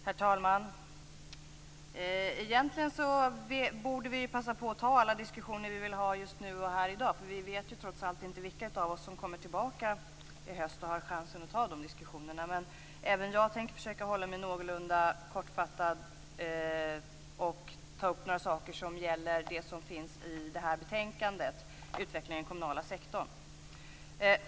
Herr talman! Egentligen borde vi passa på att ta alla diskussioner här i dag. Vi vet trots allt inte vilka av oss som kommer tillbaka i höst för att ta diskussionerna då. Men även jag skall försöka vara någorlunda kortfattad. Jag skall ta upp några saker som behandlas i betänkandet, Utvecklingen i den kommunala sektorn.